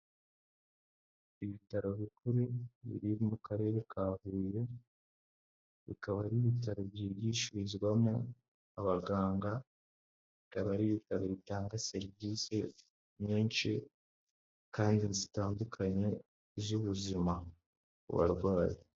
Ibitaro bikuru biri mu karere ka Huye, bikaba ari ibitaro byigishirizwamo abaganga, bikaba aritaro bitanga serivisi nyinshi, kandi zitandukanye z'ubuzima ku barwayi.